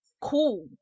cool